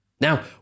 Now